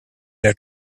their